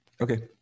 okay